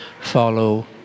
follow